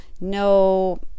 no